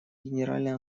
генеральная